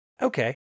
okay